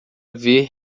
ver